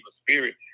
spirit